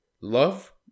love